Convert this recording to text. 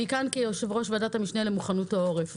אני כאן כיושבת ראש וועדת המשנה למוכנות העורף,